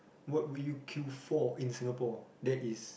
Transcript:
what would you queue for in Singapore that is